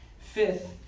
Fifth